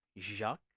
Jacques